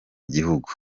gihugu